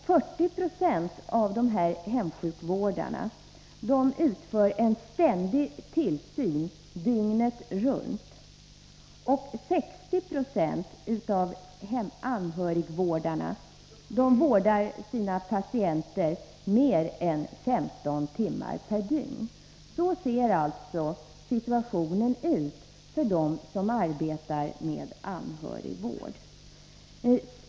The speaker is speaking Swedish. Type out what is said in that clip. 40 Jo av hemsjukvårdarna utför en ständig tillsyn dygnet runt. 60 96 av anhörigvårdarna vårdar sina patienter mer än 15 timmar per dygn. Så ser alltså situationen ut för dem som arbetar med anhörigvården.